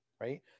right